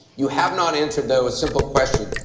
you have not answered, though, a simple question.